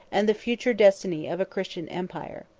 and the future destiny of a christian empire.